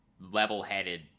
level-headed